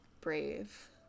brave